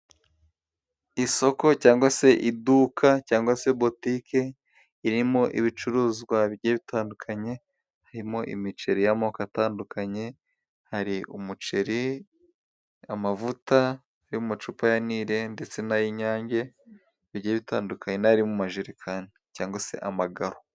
Isoko cyangwa se iduka cyangwa se Butike irimo ibicuruzwa bigiye bitandukanye, harimo imiceri y'amoko atandukanye hari umuceri, amavuta yo mu macupa ya Nili ndetse nay'inyange bigiye bitandukanye nari mu majerekani cyangwa se amagaro.